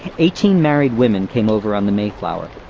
eighteen married women came over on the mayflower.